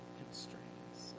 constraints